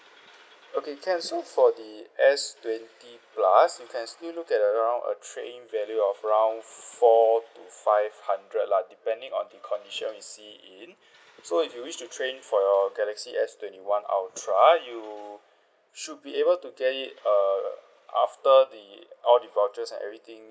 okay can so for the S twenty plus you can still look at around a trade in value of around four to five hundred lah depending on the condition we see it in so if you wish to trade in for your galaxy S twenty one ultra you should be able to get it err after the all the vouchers and everything